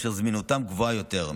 אשר זמינותם גבוהה יותר,